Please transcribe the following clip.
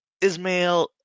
Ismail